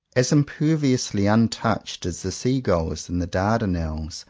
as imperviously untouched as the seagulls in the dardanelles,